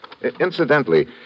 Incidentally